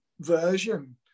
version